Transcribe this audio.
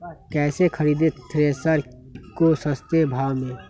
कैसे खरीदे थ्रेसर को सस्ते भाव में?